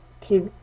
keep